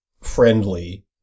friendly